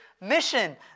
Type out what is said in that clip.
mission